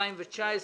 רבותיי,